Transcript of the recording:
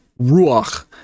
ruach